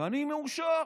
ואני מאושר